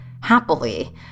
happily